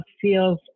feels